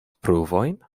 pruvojn